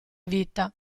vita